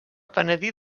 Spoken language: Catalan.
penedir